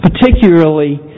particularly